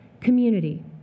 community